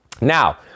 Now